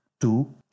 Two